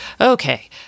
Okay